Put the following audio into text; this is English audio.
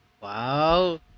Wow